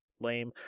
lame